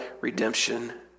redemption